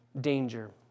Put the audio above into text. danger